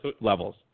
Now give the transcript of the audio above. levels